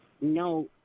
no